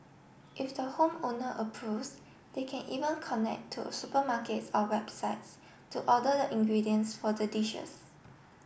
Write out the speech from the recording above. if the home owner approves they can even connect to supermarkets or websites to order the ingredients for the dishes